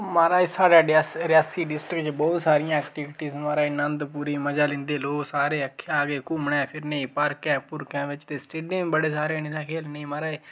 महाराज साढ़े रेयासी रेयासी डिस्ट्रिक्ट च बहुत सारियां ऐकि्टबिटीज न महाराज नंद पूरी मजा लैंदा लोग सारे आखेआ के घूमने फिरने गी पार्के पोर्के बिच्च ते स्टेडियम बड़े सारे न खेलने गी महाराज